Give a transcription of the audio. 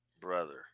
Brother